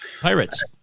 pirates